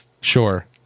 sure